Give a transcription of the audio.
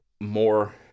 more